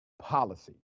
Policy